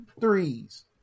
threes